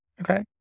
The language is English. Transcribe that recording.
Okay